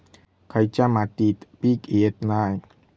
खयच्या मातीत पीक येत नाय?